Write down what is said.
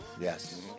Yes